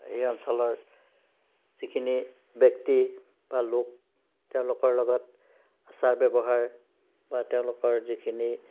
সেই অঞ্চলৰ যিখিনি ব্যক্তি বা লোক তেওঁলোকৰ লগত আচাৰ ব্যৱহাৰ বা তেওঁলোকৰ যিখিনি